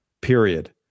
period